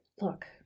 look